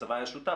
הצבא היה שותף,